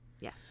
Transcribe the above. yes